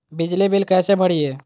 बिजली बिल कैसे भरिए?